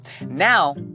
Now